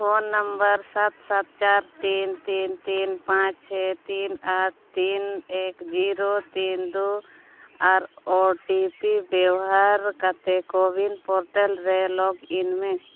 phone number ᱥᱟᱛ ᱥᱟᱛ ᱪᱟᱨ ᱛᱤᱱ ᱛᱤᱱ ᱛᱤᱱ ᱯᱟᱪ ᱪᱷᱮ ᱛᱤᱱ ᱟᱴ ᱛᱤᱱ ᱮᱠ ᱡᱤᱨᱳ ᱛᱤᱱ ᱫᱳ ᱟᱨ ᱳ ᱴᱤ ᱯᱤ ᱵᱮᱣᱦᱟᱨ ᱠᱟᱛᱮ ᱠᱳᱼᱩᱭᱤᱱ ᱯᱳᱨᱴᱟᱞᱨᱮ ᱞᱤᱜᱤᱱ ᱢᱮ